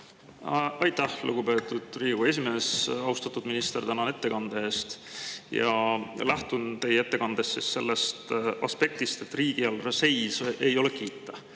Aitäh, lugupeetud Riigikogu esimees! Austatud minister, tänan ettekande eest! Lähtun teie ettekande sellest aspektist, et riigieelarve seis ei ole kiita.